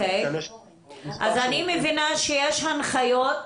אז אני מבינה שיש הנחיות.